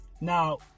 Now